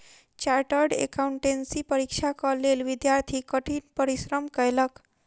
chartered accountancy परीक्षाक लेल विद्यार्थी कठिन परिश्रम कएलक